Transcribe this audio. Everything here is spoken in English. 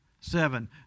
seven